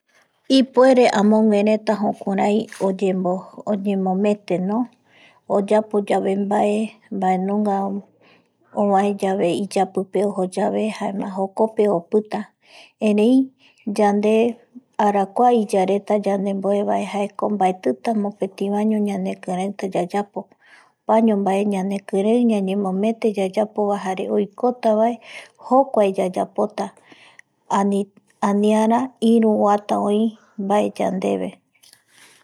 Ipuere amoguereta jukurai oñemometeno oyapo yave mbae mbaenunga ovae yave iyapipe ojo yave jaema jokope opita erei yande arakua iyareta yandemboevae jaeko mbaetita mopeti ñanekireita yayapo opaño mbae ñañemomete yayapovae jare oikotavae jokuae yayapota aniara iru oata oïvae yandeve